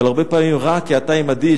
אבל הרבה פעמים רע כי אתה עמדי,